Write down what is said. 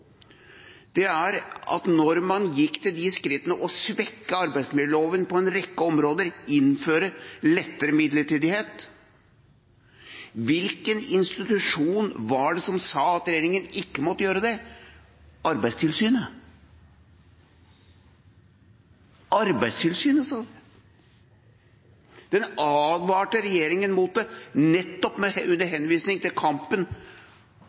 det er at da man gikk til det skritt å svekke arbeidsmiljøloven på en rekke områder og innføre lettere midlertidighet, hvilken institusjon var det som sa at regjeringen ikke måtte gjøre det? Jo – Arbeidstilsynet sa det. I en enstemmig uttalelse fra Arbeidstilsynets ledelse advarte de regjeringen mot det, nettopp under henvisning til kampen